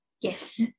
Yes